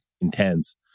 intense